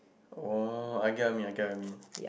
oh I get what you mean I get what you mean